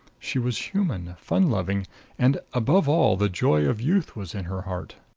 she was human, fun-loving and, above all, the joy of youth was in her heart.